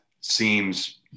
seems